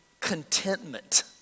contentment